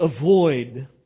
avoid